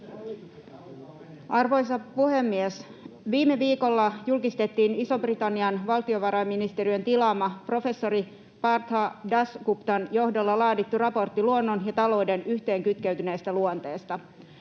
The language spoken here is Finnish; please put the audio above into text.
Arvoisa puhemies! Viime viikolla julkistettiin Ison-Britannian valtiovarainministeriön tilaama professori Partha Dasguptan johdolla laadittu raportti luonnon ja talouden yhteen kytkeytyneestä luonteesta.